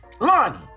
Lonnie